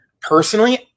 Personally